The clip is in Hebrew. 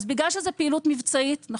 אז בגלל שזו פעילות מבצעית היא